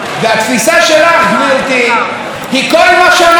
היא: כל מה שאנחנו לא אוהבים אנחנו נוציא.